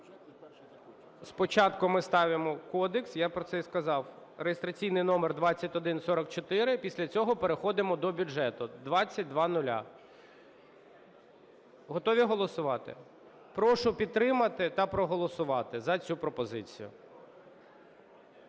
Спочатку ми ставимо кодекс, я про це і сказав, реєстраційний номер 2144, після цього переходимо до бюджету (2000). Готові голосувати? Прошу підтримати та проголосувати за цю пропозицію.